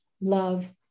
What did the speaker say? love